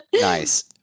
Nice